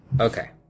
Okay